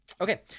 Okay